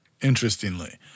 Interestingly